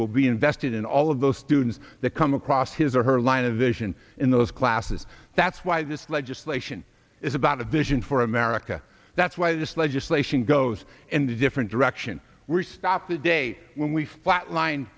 will be invested in all of those students that come across his or her line of vision in those classes that's why this legislation is about a vision for america that's why this legislation goes in the different direction we're stopped that day when we flatline